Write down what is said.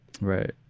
right